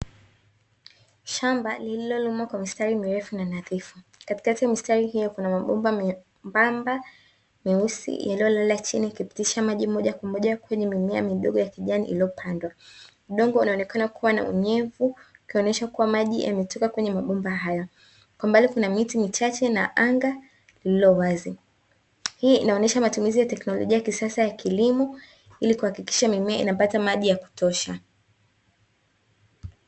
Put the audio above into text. Shamba lililolimwa kwa misatri mirefu na nadhifu katikati ya mistari hiyo kuna mabomba miembamba meusi iliyolala chini ikipitisha maji moja kwa moja kwenye mimea midogo ya kijani iliyopandwa. Udongo unaonekana kuwa na unyevu ukionyesha kuwa maji yametoka kwenye mabomba hayo, kwa mbali kuna miti michache na anga lililowazi. Hii inaonyesha matumizi ya teknolojia ya kisasa ya kilimo ili kuhakikisha mimea inapata maji ya kutosha.